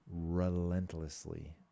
relentlessly